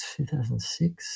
2006